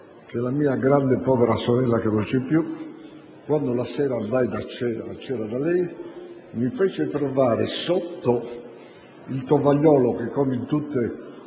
che la mia grande povera sorella, che non c'è più, quando la sera andai a cena da lei mi fece trovare sotto il tovagliolo, che come in tutte le case